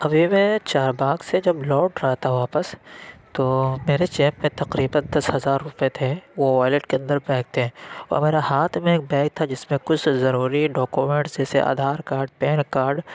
ابھی میں نے چار باغ سے جب لوٹ رہا تھا واپس تو میرے جیب میں تقریباً دس ہزار روپے تھے وہ والیٹ کے اندر پیک تھے اور میرا ہاتھ میں ایک بیگ تھا جس میں کچھ ضروری ڈاکومنٹس جیسے آدھار کاڈ پین کاڈ